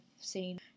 seen